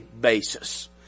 basis